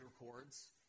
records